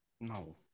No